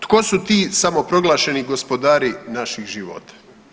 Tko su ti samoproglašeni gospodari naših života?